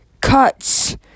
cuts